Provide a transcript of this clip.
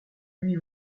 lui